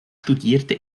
studierte